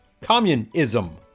Communism